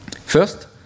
First